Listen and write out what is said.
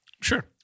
Sure